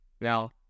Now